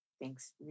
Thanks